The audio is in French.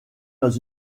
dans